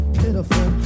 pitiful